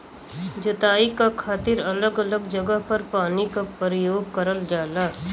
जोताई क खातिर अलग अलग जगह पर पानी क परयोग करल जाला